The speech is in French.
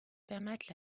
permettre